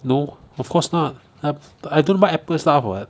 no of course not app~ I don't buy apple stuff [what]